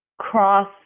cross